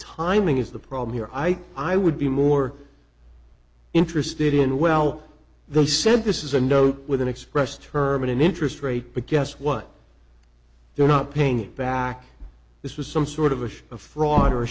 timing is the problem here i i would be more interested in well they said this is a note with an expressed term an interest rate but guess what they're not paying back this was some sort of a show of fraud or